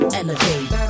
elevate